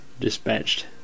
dispatched